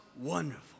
wonderful